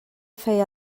feia